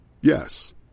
Yes